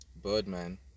Birdman